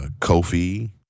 Kofi